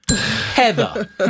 Heather